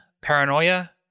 paranoia